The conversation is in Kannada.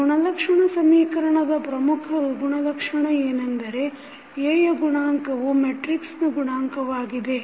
ಗುಣಲಕ್ಷಣ ಸಮೀಕರಣದ ಪ್ರಮುಖ ಗುಣಲಕ್ಷಣ ಏನೆಂದರೆ A ಯ ಗುಣಾಂಕವು ಮೆಟ್ರಿಕ್ಸನ ಗುಣಾಂಕವಾಗಿದೆ